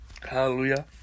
Hallelujah